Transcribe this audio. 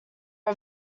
are